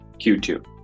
Q2